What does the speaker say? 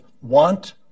want